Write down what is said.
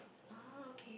ah okay